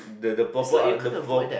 the the proper the uh the pro~